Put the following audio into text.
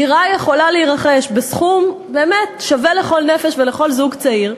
דירה יכולה להירכש בסכום באמת שווה לכל נפש ולכל זוג צעיר,